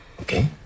Okay